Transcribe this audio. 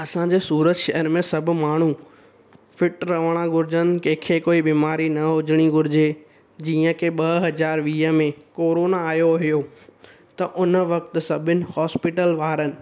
असांजे सूरत शहर में सब माण्हू फिट रहण घुर्जनि कंहिंखे कोई बिमारी न हुजणी घुर्जे जीअं के ॿ हज़ार वीह में कोरोना आयो हुयो त उन वक़्त सभिनि हॉस्पिटल वारनि